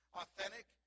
authentic